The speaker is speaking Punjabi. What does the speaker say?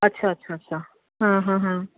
ਅੱਛਾ ਅੱਛਾ ਅੱਛਾ ਹਾਂ ਹਾਂ ਹਾਂ